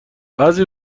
بعضی